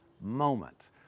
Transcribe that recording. moment